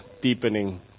deepening